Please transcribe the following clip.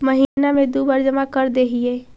महिना मे दु बार जमा करदेहिय?